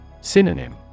Synonym